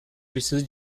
precisa